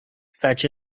such